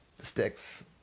Sticks